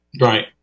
right